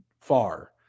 far